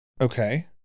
Okay